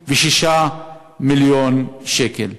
156 מיליון שקלים.